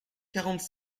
quarante